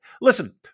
Listen